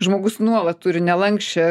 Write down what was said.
žmogus nuolat turi nelanksčią